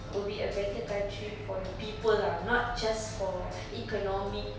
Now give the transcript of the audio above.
will be a better country for the people lah not just for economic